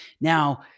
Now